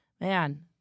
man